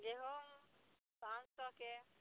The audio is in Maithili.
गहूँम पाँच सएके